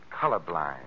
colorblind